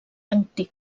antic